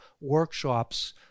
workshops